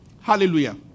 Hallelujah